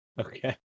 Okay